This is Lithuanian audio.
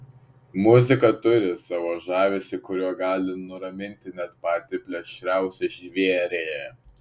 muzika turi savo žavesį kuriuo gali nuraminti net patį plėšriausią žvėrį